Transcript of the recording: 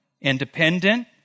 independent